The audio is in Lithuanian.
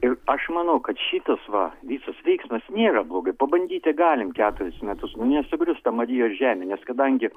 ir aš manau kad šitas va visas veiksmas nėra blogai pabandyti galim keturis metus nu nesugrius ta marijos žemė nes kadangi